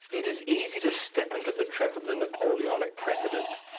it is easy to step into the trap of the napoleonic precedent.